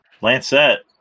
Lancet